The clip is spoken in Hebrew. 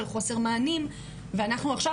של חוסר מענים ואנחנו עכשיו,